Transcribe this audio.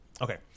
Okay